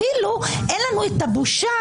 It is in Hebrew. אפילו אין לנו את הבושה,